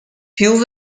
più